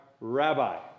rabbi